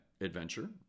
adventure